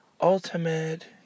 ultimate